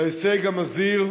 להישג המזהיר